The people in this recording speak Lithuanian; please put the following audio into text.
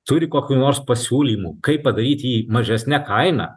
turi kokių nors pasiūlymų kaip padaryti jį mažesne kaina